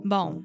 Bom